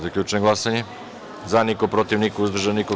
Zaključujem glasanje: za – niko, protiv – niko, uzdržanih – nema.